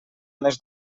més